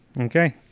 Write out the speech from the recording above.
Okay